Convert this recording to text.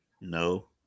no